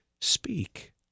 speak